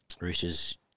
Roosters